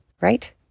Right